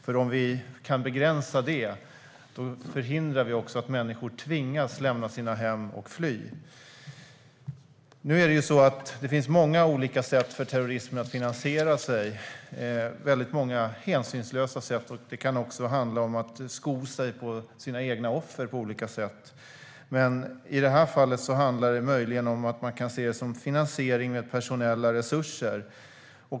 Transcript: Kan vi begränsa det förhindrar vi också att människor tvingas lämna sina hem och fly. Det finns många hänsynslösa sätt för terrorismen att finansiera sig. Det kan också handla om att sko sig på sina egna offer på olika sätt. I detta fall kan man möjligen se det som finansiering med personella resurser.